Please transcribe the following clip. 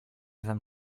them